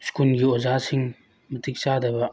ꯁ꯭ꯀꯨꯜꯒꯤ ꯑꯣꯖꯥꯁꯤꯡ ꯃꯇꯤꯛ ꯆꯥꯗꯕ